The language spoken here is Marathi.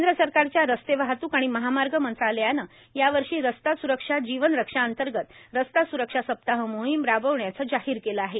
केंद्र सरकारच्या रस्ते वाहतूक आणि महामार्ग मंत्रालयानं यावर्षी रस्ता सुरक्षा जीवन रक्षा अंतर्गत रस्ता स्रक्षा सप्ताह मोहीम राबविण्याचं जाहीर केलं आहे